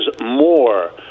more